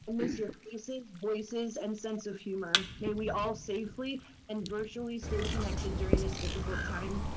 i miss your faces, voices, and sense of humor. may we all safely and virtually stay connected during this difficult time.